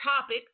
topic